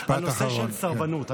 משפט אחרון.